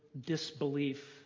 disbelief